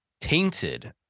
tainted